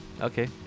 Okay